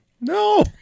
No